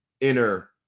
inner